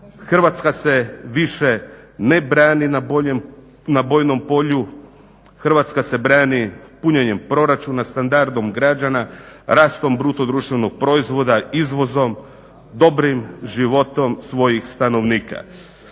Hrvatska se više ne brani na bojnom polju, Hrvatska se brani punjenjem proračuna, standardom građana, rastom bruto društvenog proizvoda, izvozom, dobrim životom svojih stanovnika.